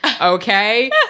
okay